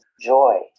joy